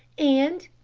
and,